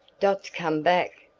dot's come back!